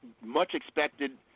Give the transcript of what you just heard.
much-expected